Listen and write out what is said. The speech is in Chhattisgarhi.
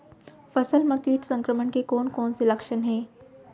फसल म किट संक्रमण के कोन कोन से लक्षण हे?